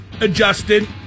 adjusted